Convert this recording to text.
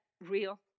real